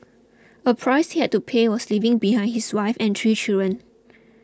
a price he had to pay was leaving behind his wife and three children